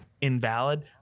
Invalid